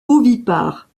ovipare